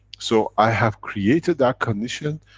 so i have created that condition,